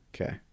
Okay